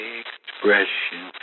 expression